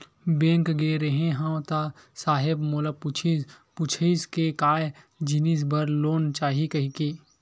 Bank गे रेहे हंव ता साहेब मोला पूछिस पुछाइस के काय जिनिस बर लोन चाही कहिके?